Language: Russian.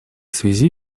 связи